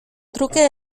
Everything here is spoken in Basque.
truke